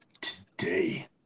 Today